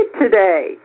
today